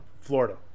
Florida